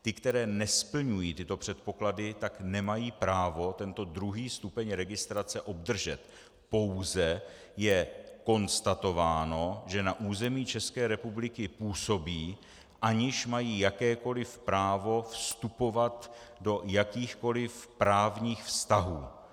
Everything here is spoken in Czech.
Ty, které nesplňují tyto předpoklady, nemají právo tento druhý stupeň registrace obdržet, pouze je konstatováno, že na území České republiky působí, aniž mají jakékoli právo vstupovat do jakýchkoli právních vztahů.